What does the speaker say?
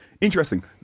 Interesting